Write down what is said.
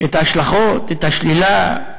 את ההשלכות, את השלילה,